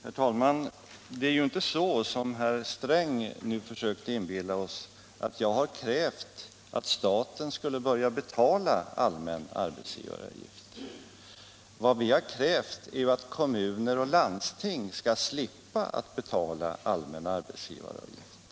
Herr talman! Det är inte så, som herr Sträng nu försökte inbilla oss, att jag har krävt att staten skulle börja betala allmän arbetsgivaravgift. Vad jag har krävt är att kommuner och landsting skall slippa betala allmän arbetsgivaravgift.